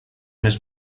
més